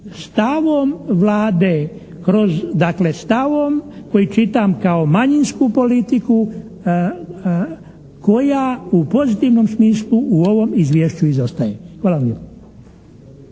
stavom Vlade kroz, dakle stavom koji čitam kao manjinsku politiku koja u pozitivnom smislu u ovom izvješću izostaje. Hvala vam